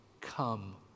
Come